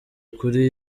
kure